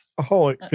holy